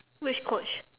which coach